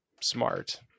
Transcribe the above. smart